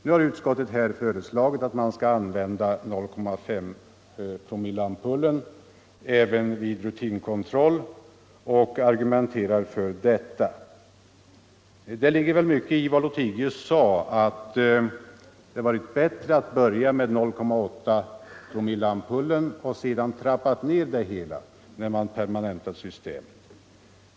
Nu har utskottet föreslagit att man skall använda 0,5-promilleampullen även vid rutinkontroll och argumenterar för detta. Det ligger mycket i vad herr Lothigius sade, nämligen att det varit bättre att börja med 0,8-promilleampullen och sedan trappa ned gränsen när man permanentade systemet.